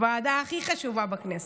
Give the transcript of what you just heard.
הוועדה הכי חשובה בכנסת,